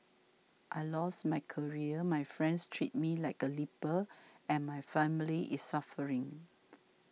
I lost my career my friends treat me like a leper and my family is suffering